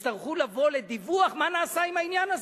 יצטרכו לבוא ולדווח מה נעשה עם העניין הזה.